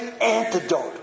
antidote